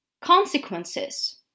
consequences